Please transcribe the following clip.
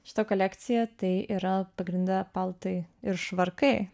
šita kolekcija tai yra pagrinde paltai ir švarkai